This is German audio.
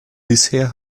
bisher